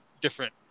different